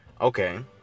okay